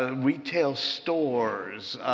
ah retail stores,